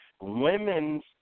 women's